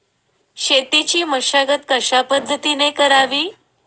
शेतीची मशागत कशापद्धतीने करावी?